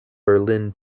berlin